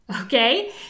okay